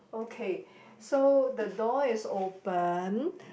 okay so the door is open